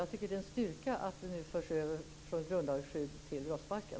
Det är i alla fall en styrka att det nu blir en övergång från grundlagsskydd till brottsbalken.